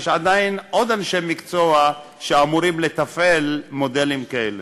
יש עדיין עוד אנשי מקצוע שאמורים לתפעל מודלים כאלה.